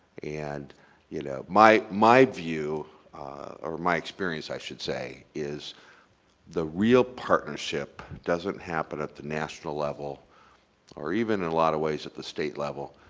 and you know my my view or my experience, i should say, is the real partnership doesn't happen at the national level or even in a lot of ways at the state level.